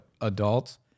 adults